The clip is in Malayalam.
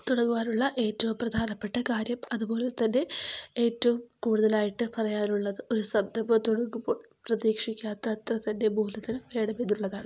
തുടങ്ങുവാനുള്ള ഏറ്റവും പ്രധാനപ്പെട്ട കാര്യം അതുപോലെത്തന്നെ ഏറ്റവും കൂടുതലായിട്ട് പറയാനുള്ളത് ഒരു സംരംഭം തുടങ്ങുമ്പോൾ പ്രതീക്ഷിക്കാത്ത അത്ര തന്നെ മൂലധനം വേണമെന്നുളളതാണ്